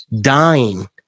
Dying